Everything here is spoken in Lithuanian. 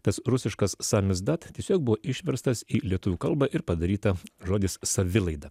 tas rusiškas samizdat tiesiog buvo išverstas į lietuvių kalbą ir padaryta žodis savilaida